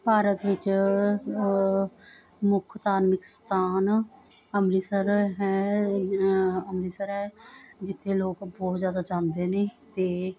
ਭਾਰਤ ਵਿੱਚ ਮੁੱਖ ਧਾਰਮਿਕ ਸਥਾਨ ਅੰਮ੍ਰਿਤਸਰ ਹੈ ਅੰਮ੍ਰਿਤਸਰ ਹੈ ਜਿੱਥੇ ਲੋਕ ਬਹੁਤ ਜ਼ਿਆਦਾ ਜਾਂਦੇ ਨੇ ਅਤੇ